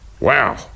wow